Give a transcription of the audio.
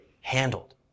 handled